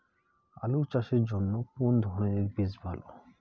আলু চাষের জন্য কোন ধরণের বীজ ভালো?